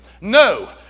No